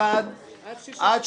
מיעוט נגד,